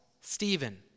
Stephen